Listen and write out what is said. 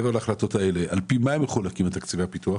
על פי מה מחולקים תקציבי הפיתוח?